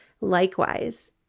Likewise